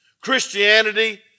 Christianity